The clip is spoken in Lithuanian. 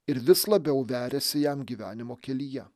ir vis labiau veriasi jam gyvenimo kelyje